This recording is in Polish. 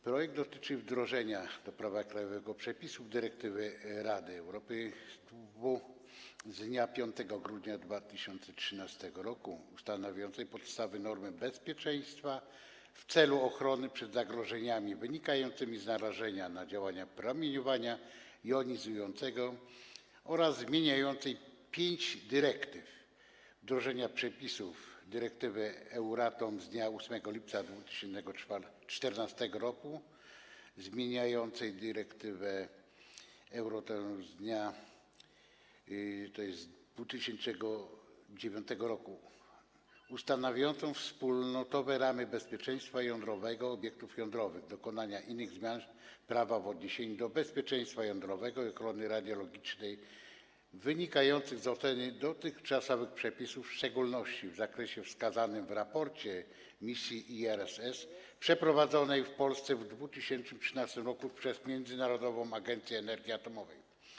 Projekt dotyczy wdrożenia do prawa krajowego przepisów dyrektywy Rady z dnia 5 grudnia 2013 r. ustanawiającej podstawowe normy bezpieczeństwa w celu ochrony przed zagrożeniami wynikającymi z narażenia na działanie promieniowania jonizującego oraz zmieniającej pięć dyrektyw, wdrożenia przepisów dyrektywy Rady 2014/87/Euratom z dnia 8 lipca 2014 r. zmieniającej dyrektywę Euroatom z 2009 r. ustanawiającą wspólnotowe ramy bezpieczeństwa jądrowego obiektów jądrowych, dokonania innych zmian prawa w odniesieniu do bezpieczeństwa jądrowego i ochrony radiologicznej wynikających z oceny dotychczasowych przepisów, w szczególności w zakresie wskazanym w raporcie z misji IRRS przeprowadzonej w Polsce w 2013 r. przez Międzynarodową Agencję Energii Atomowej.